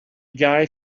guy